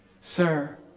Sir